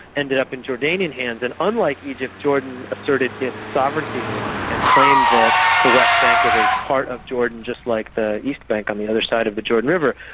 ended up in jordanian hands, and unlike egypt, jordan asserted its sovereignty there, and claimed that the west bank was a part of jordan just like the east bank on the other side of the jordan river.